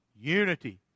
unity